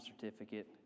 certificate